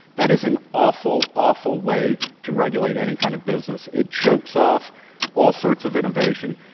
that is an awful, awful way to regulate any kind of business. it chokes off all sorts of innovation.